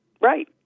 right